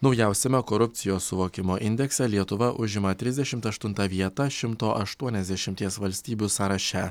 naujausiame korupcijos suvokimo indekse lietuva užima trisdešimt aštuntą vietą šimto aštuoniasdešimties valstybių sąraše